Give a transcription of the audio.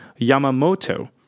Yamamoto